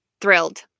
thrilled